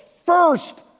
First